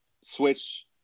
switch